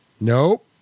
Nope